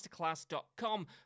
masterclass.com